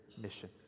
mission